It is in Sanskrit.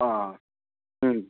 आ